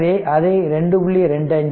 எனவே அது 2